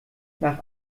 nach